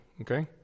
okay